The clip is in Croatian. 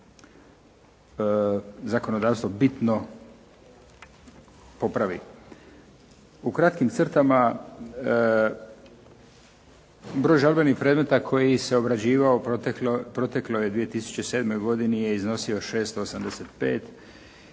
zakonodavstvo bitno popravi. U kratkim crtama, broj žalbenih predmeta koji se obrađivao proteklo je 2007. je iznosi 675